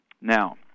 Now